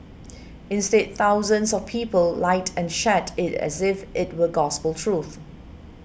instead thousands of people liked and shared it as if it were gospel truth